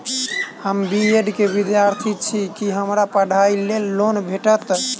हम B Ed केँ विद्यार्थी छी, की हमरा पढ़ाई लेल लोन भेटतय?